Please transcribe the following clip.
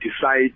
decide